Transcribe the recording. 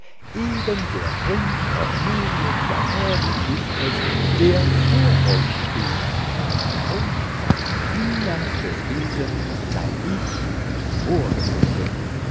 eben der prinz cornelio chiapperi ist es der vor euch steht und bei euch sein innerstes wesen sein ich vorgefunden